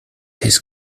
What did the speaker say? his